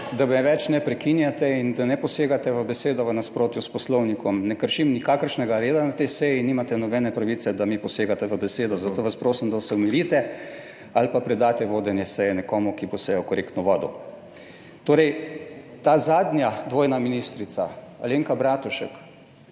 da me več ne prekinjate in da ne posegate v besedo. V nasprotju s Poslovnikom ne kršim nikakršnega reda. Na tej seji, nimate nobene pravice, da mi posegate v besedo, zato vas prosim, da se umirite ali pa predate vodenje seje nekomu, ki bo sejo korektno vodil. Torej, ta zadnja, dvojna ministrica, Alenka Bratušek,